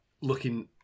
looking